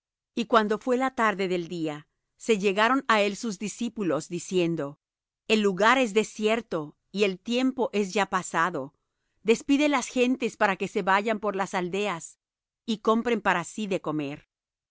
y cuando fué la tarde del día se llegaron á él sus discípulos diciendo el lugar es desierto y el tiempo es ya pasado despide las gentes para que se vayan por las aldeas y compren para sí de comer